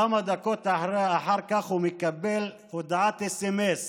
כמה דקות אחר כך הוא מקבל הודעת סמס